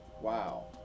Wow